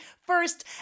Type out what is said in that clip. first